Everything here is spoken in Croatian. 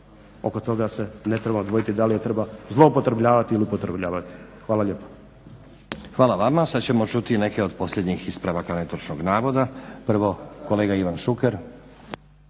oko toga se ne treba dvojiti da li je treba zloupotrebljavati ili upotrebljavati. Hvala lijepo. **Stazić, Nenad (SDP)** Hvala vama. Sada ćemo čuti neke od posljednjih ispravaka netočnog navoda. Prvo kolega Ivan Šuker.